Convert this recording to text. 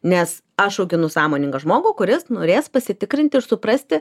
nes aš auginu sąmoningą žmogų kuris norės pasitikrinti ir suprasti